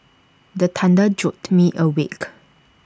the thunder jolt me awake